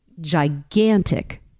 gigantic